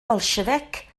bolsiefic